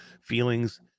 feelings